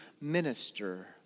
minister